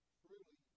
truly